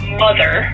mother